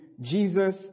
Jesus